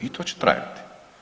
I to će trajati.